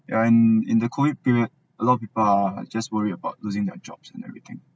and in the COVID period a lot of people are just worried about losing their jobs and everything